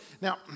Now